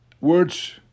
words